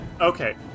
Okay